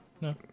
No